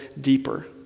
deeper